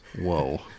Whoa